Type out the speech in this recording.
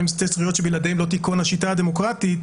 הן שתי זכויות שבלעדיהן לא תיכון השיטה הדמוקרטית,